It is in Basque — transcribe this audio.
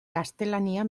gaztelania